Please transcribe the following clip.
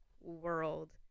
world